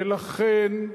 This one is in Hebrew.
ולכן,